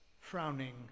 frowning